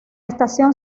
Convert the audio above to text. estación